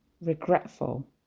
regretful